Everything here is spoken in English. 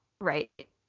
right